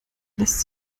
lässt